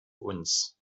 uns